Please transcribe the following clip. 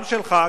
גם שלך,